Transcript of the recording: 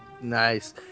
Nice